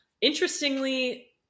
interestingly